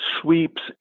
sweeps